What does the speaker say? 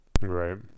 Right